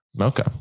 Okay